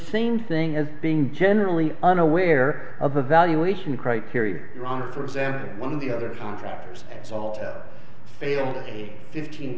same thing as being generally unaware of evaluation criteria for example one of the other contractors is all to fail a fifteen